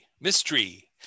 Mystery